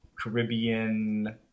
Caribbean